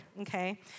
okay